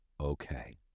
okay